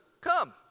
come